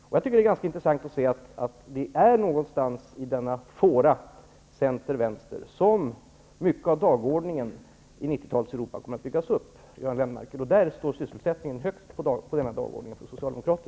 Jag tycker det är intressant att se att det är någonstans i denna fåra center--vänster som mycket av dagordningen i 1990-talets Europa kommer att byggas upp, Göran Lennmarker. Där står sysselsättningen högt på dagordningen för socialdemokrater.